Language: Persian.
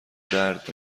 درد